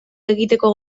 egiteko